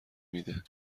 میده